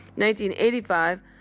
1985